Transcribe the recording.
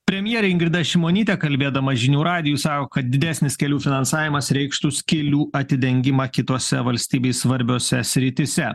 premjerė ingrida šimonytė kalbėdama žinių radijui sako kad didesnis kelių finansavimas reikštų skylių atidengimą kitose valstybei svarbiose srityse